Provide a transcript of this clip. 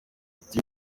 ati